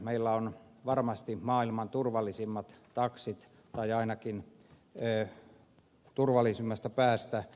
meillä on varmasti maailman turvallisimmat taksit tai ainakin turvallisimmasta päästä